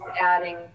adding